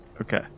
Okay